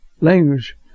language